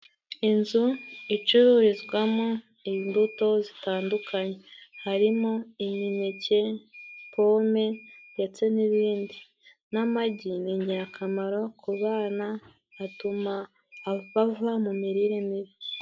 Inzu icururizwamo imbuto zitandukanye harimo imineke, pome ndetse n'ibindi n'amagi ni ingirakamaro ku bana, atuma abava mu mirire mibi.